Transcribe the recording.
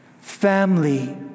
family